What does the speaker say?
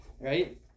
right